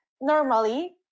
normally